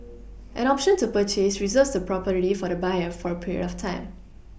an option to purchase Reserves the property for the buyer for a period of time